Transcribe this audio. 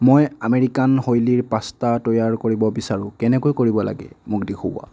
মই আমেৰিকান শৈলীৰ পাষ্টা তৈয়াৰ কৰিব বিচাৰোঁ কেনেকৈ কৰিব লাগে মোক দেখুওৱা